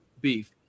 beef